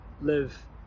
live